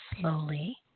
slowly